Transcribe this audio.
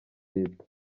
leta